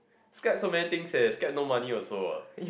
scared so many things leh scared no money also ah